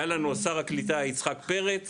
היה לנו את שר הקליטה יצחק פרץ,